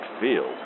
field